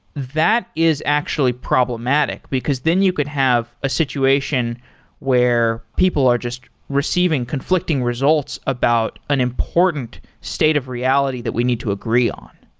that is actually problematic, because then you can have a situation where people are just receiving conflicting results about an important state of reality that we need to agree on.